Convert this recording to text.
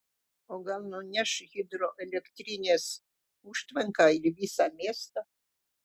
o gal nuneš hidroelektrinės užtvanką ir visą miestą